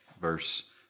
verse